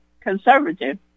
conservative